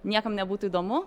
niekam nebūtų įdomu